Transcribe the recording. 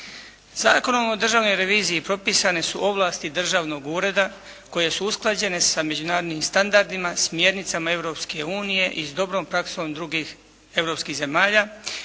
Zakonom o državnoj reviziji propisane su ovlasti državnog ureda koje su usklađene sa međunarodnim standardima, smjernicama Europske unije i s dobrom praksom drugih europskih zemalja